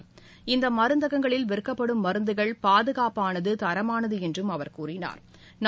இநதமருந்தகங்களில் விற்கப்படும் மருந்துகள் பாதுகாப்பானது தரமானதுஎன்றும் அவர் கூறினாா்